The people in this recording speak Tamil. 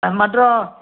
மற்றும்